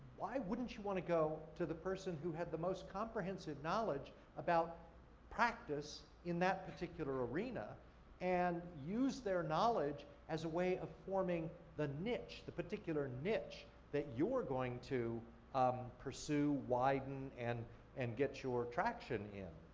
why wouldn't you wanna go to the person who had the most comprehensive knowledge about practice in that particular arena and use their knowledge as a way of forming the niche, the particular niche that you're going to um pursue, widen, and and get your traction in